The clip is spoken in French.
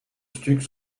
stuc